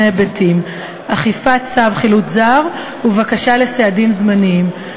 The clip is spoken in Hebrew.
היבטים: אכיפת צו חילוט זר ובקשה לסעדים זמניים.